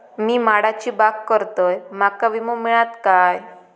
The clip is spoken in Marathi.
मी माडाची बाग करतंय माका विमो मिळात काय?